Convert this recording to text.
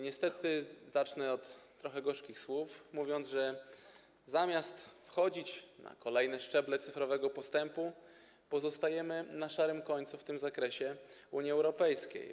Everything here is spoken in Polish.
Niestety zacznę od trochę gorzkich słów, mówiąc, że zamiast wchodzić na kolejne szczeble cyfrowego postępu, pozostajemy na szarym końcu w tym zakresie w Unii Europejskiej.